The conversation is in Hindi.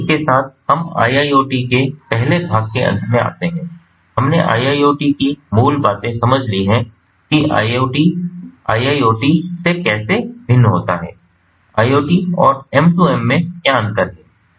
इसलिए इसके साथ हम IIoT के पहले भाग के अंत में आते हैं हमने IIoT की मूल बातें समझ ली हैं कि IoT IIoT से कैसे भिन्न होता है IoT और M 2 M में क्या अंतर है